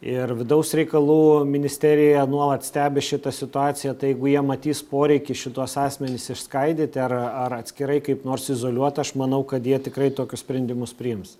ir vidaus reikalų ministerija nuolat stebi šitą situaciją tai jeigu jie matys poreikį šituos asmenis išskaidyti ar ar atskirai kaip nors izoliuot aš manau kad jie tikrai tokius sprendimus priims